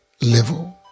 level